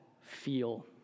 feel